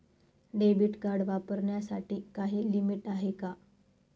Debit card वापरण्यासाठी काही limit आहे का?